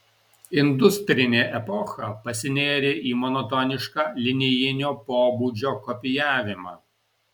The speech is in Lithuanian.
industrinė epocha pasinėrė į monotonišką linijinio pobūdžio kopijavimą